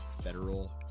Federal